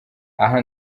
aha